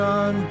on